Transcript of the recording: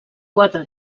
quatre